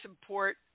support